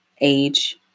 age